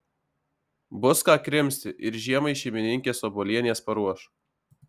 bus ką krimsti ir žiemai šeimininkės obuolienės paruoš